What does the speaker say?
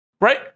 right